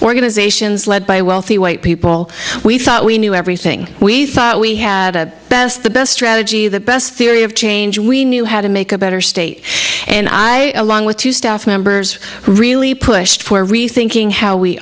organizations led by wealthy white people we thought we knew everything we thought we had a best the best strategy the best theory of change we knew how to make a better state and i along with two staff members who really pushed for rethinking how we